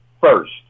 first